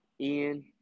Ian